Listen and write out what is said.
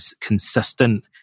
consistent